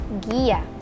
Gia